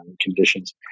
conditions